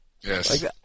Yes